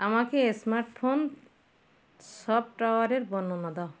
আমাকে স্মার্টফোন সফটওয়্যারের বর্ণনা দাও